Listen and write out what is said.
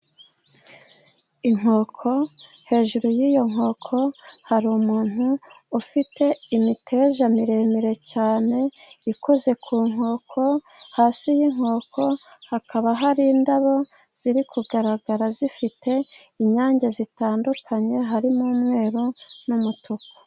Inkoko hejuru, y'iyo nkoko hari umuntu ufite imiteja miremire cyane ikoze ku nkoko, hasi y'inkoko hakaba hari indabo ziri kugaragara zifite inyange zitandukanye, harimo umweru n'umutuku.